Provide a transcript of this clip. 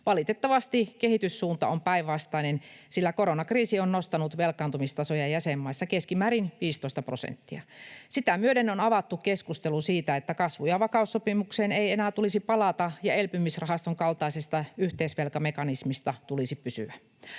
Valitettavasti kehityssuunta on päinvastainen, sillä koronakriisi on nostanut velkaantumistasoja jäsenmaissa keskimäärin 15 prosenttia. Sitä myöden on avattu keskustelu siitä, että kasvu- ja vakaussopimukseen ei enää tulisi palata ja elpymisrahaston kaltaisesta yhteisvelkamekanismista tulisi pysyvä.